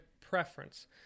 preference